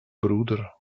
bruder